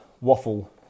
waffle